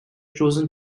chosen